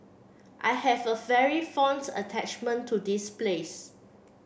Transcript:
I have a very fond attachment to this place